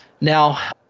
Now